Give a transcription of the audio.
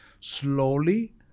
slowly